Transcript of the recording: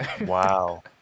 Wow